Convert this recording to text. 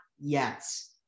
yes